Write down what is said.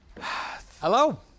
Hello